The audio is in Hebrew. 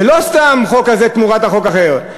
ולא סתם החוק הזה תמורת החוק האחר,